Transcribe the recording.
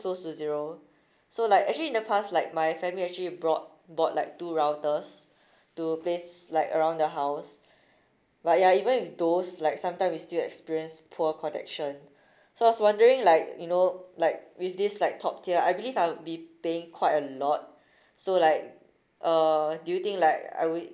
close to zero so like actually in the past like my family actually brought bought like two routers to place like around the house but ya even with those like sometime we still experience poor connection so I was wondering like you know like with this like top tier I believe I'll be paying quite a lot so like uh do you think like I will